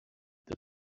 that